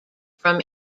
from